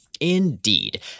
Indeed